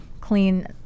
clean